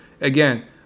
again